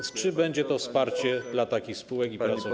Czy będzie to wsparcie dla takich spółek i pracowników?